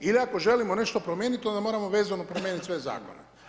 Ili ako želimo nešto promijeniti onda moramo vezano promijeniti sve zakone.